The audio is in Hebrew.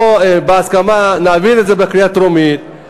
בוא נעביר את בהסכמה זה בקריאה טרומית,